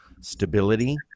stability